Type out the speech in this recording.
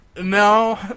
no